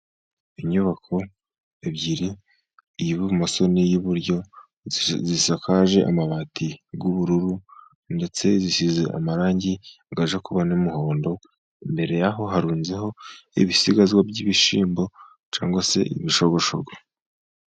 Inyubako ebyiri iy'ibumoso n' iy'iburyo, zisakaje amabati y'ubururu, ndetse zisize amarangi ajya kuba n'umuhondo. Imbere yaho harunzeho ibisigazwa by'ibishyimbo cyangwa se ibishogoshogo.